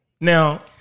Now